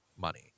money